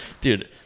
Dude